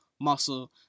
muscle